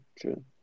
true